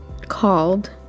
called